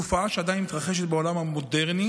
הם תופעה שעדיין מתרחשת בעולם המודרני,